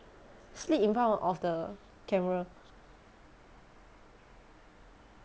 sleep in front of the camera